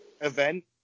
event